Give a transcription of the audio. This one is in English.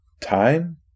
time